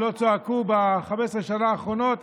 ולא צעקו ב-15 השנה האחרונות,